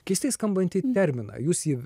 keistai skambantį terminą jūs jį